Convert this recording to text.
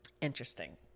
Interesting